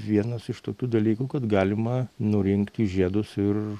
vienas iš tokių dalykų kad galima nurinkti žiedus ir